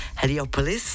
Heliopolis